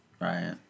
Right